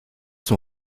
son